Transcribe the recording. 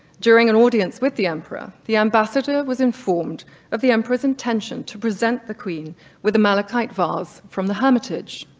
during an audience with the emperor, the ambassador was informed of the emperor's intention to present the queen with a malachite vase from the hermitage.